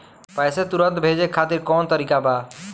पैसे तुरंत भेजे खातिर कौन तरीका बा?